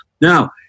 Now